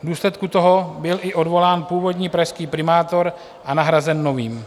V důsledku toho byl i odvolán původní pražský primátor a nahrazen novým.